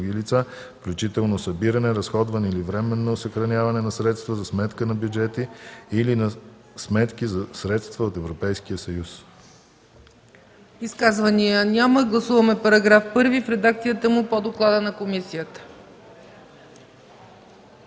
лица, включително събиране, разходване или временно съхраняване на средства за сметка на бюджети или на сметки за средства от Европейския съюз.” ПРЕДСЕДАТЕЛ ЦЕЦКА ЦАЧЕВА: Изказвания? Няма. Гласуваме § 1 в редакцията му по доклада на комисията.